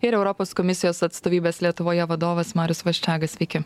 ir europos komisijos atstovybės lietuvoje vadovas marius vasčegas sveiki